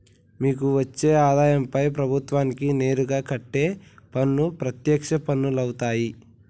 మీకు వచ్చే ఆదాయంపై ప్రభుత్వానికి నేరుగా కట్టే పన్ను ప్రత్యక్ష పన్నులవుతాయ్